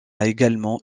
également